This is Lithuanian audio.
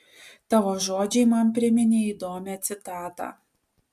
tavo žodžiai man priminė įdomią citatą